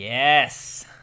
Yes